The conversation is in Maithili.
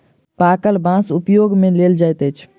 पाकल बाँस उपयोग मे लेल जाइत अछि